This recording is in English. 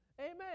Amen